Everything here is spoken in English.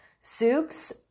soups